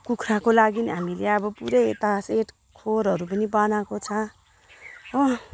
त्यो कुखुराको लागि हामीले अब पुरै यता सेड खोरहरू पनि बनाएको छ हो